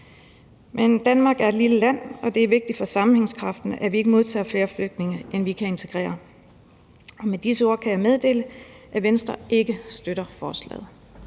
Men Danmark er et lille land, og det er vigtigt for sammenhængskraften, at vi ikke modtager flere flygtninge, end vi kan integrere. Med disse ord kan jeg meddele, at Venstre ikke støtter forslaget.